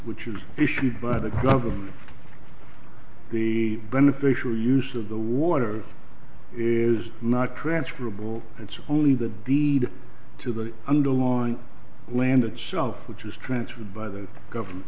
which is issued by the government the beneficial use of the water is not transferable it's only the deed to the underlying land itself which is transferred by the government